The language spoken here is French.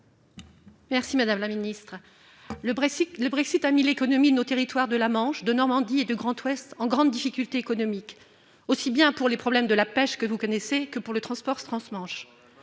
pour la réplique. Le Brexit a mis l'économie de nos territoires de la Manche, de la Normandie et du Grand Ouest en grande difficulté économique, aussi bien le secteur de la pêche, que vous connaissez, que le transport trans-Manche.